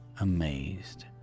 amazed